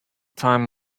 time